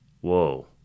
whoa